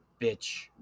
bitch